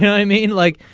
i mean like.